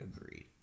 Agreed